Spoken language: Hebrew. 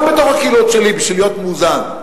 גם בתוך הקהילות שלי, בשביל להיות מאוזן.